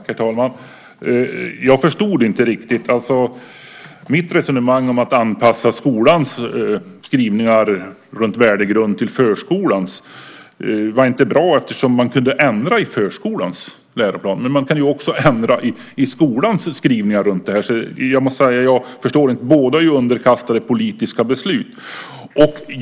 Herr talman! Jag förstod inte riktigt. Mitt resonemang om att anpassa skolans skrivningar runt värdegrund till förskolans var inte bra eftersom man kunde ändra i förskolans läroplan. Men man kan ju också ändra i skolans skrivningar. Båda är ju underkastade politiska beslut.